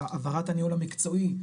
העברת הניהול המקצועי,